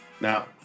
Now